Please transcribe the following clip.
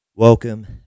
Welcome